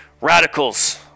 radicals